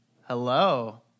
Hello